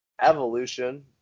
Evolution